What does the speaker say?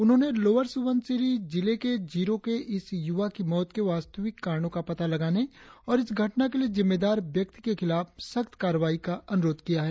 उन्होंने लोअर सुनबसिरी जिले के जीरो के इस युवा की मौत के वास्तविक कारणों का पता लगाने और इस घटना के लिए जिम्मेदार व्यक्ति के खिलाफ सख्त कार्रवाई का अनुरोध किया है